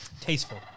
tasteful